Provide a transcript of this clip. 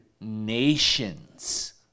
nations